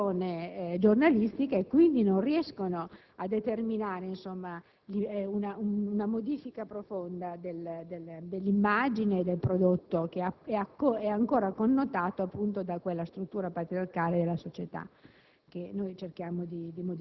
della conduzione giornalistica e quindi non riescono a determinare una modifica profonda dell'immagine e del prodotto, che è ancora connotato da quella struttura patriarcale della società